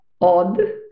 odd